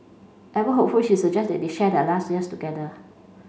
ever hopeful she suggests that they share their last years together